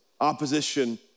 opposition